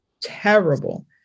terrible